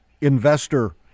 investor